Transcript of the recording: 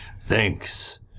Thanks